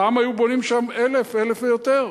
פעם היו בונים שם 1,000 ויותר.